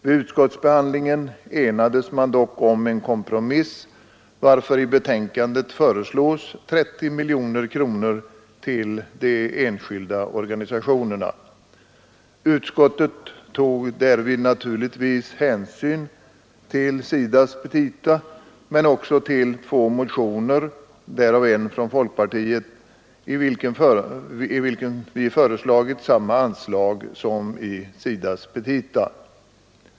Vid utskottsbehandlingen enades man dock om en kompromiss, varför i betänkandet föreslås 30 miljoner kronor till de enskilda organisationerna. Utskottet tog därvid naturligtvis hänsyn till SIDA:s petita men också till två motioner, därav en från folkpartiet i vilken vi föreslagit samma anslag som i SIDA:s petita.